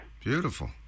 Beautiful